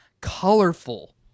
colorful